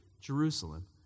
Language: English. Jerusalem